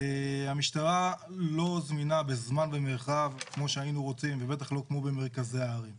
המשטרה לא זמינה בזמן ומרחב כמו שהיינו רוצים ובטח לא כמו במרכזי הערים.